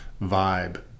vibe